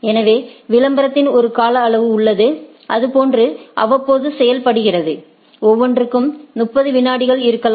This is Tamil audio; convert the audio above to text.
எனவே விளம்பரத்தின் ஒரு கால அளவு உள்ளது அது பாேன்று அவ்வப்போது செய்யப்படுகிறது ஒவ்வொன்றிற்கும் 30 விநாடிகள் இருக்கலாம்